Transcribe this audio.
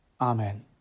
Amen